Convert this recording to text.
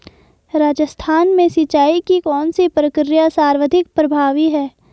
राजस्थान में सिंचाई की कौनसी प्रक्रिया सर्वाधिक प्रभावी है?